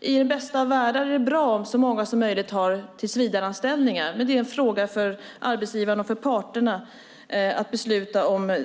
i den bästa av världar är det bra om så många som möjligt har tillsvidareanställningar. Men det är en fråga för arbetsgivaren och parterna att besluta om.